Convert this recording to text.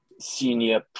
senior